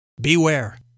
beware